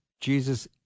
Jesus